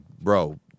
bro